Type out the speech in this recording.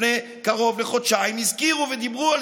לפני קרוב לחודשיים הזכירו ודיברו על